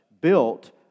built